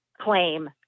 claim